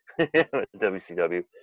wcw